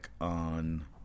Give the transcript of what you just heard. on